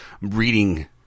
reading